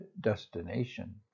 destination